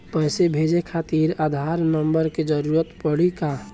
पैसे भेजे खातिर आधार नंबर के जरूरत पड़ी का?